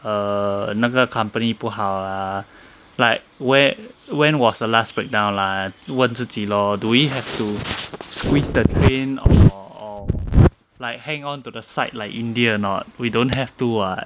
err 那个 company 不好 lah like whe~ when was the last breakdown lah 问自己 lor do we have to squeeze the train or or like hang on to the side like india a not we don't have to [what]